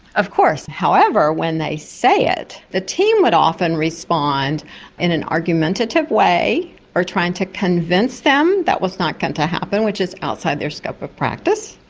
of course. however, when they say it, the team would often respond in an argumentative way or try and to convince them that was not going to happen, which is outside their scope of practice,